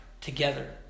together